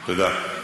תודה.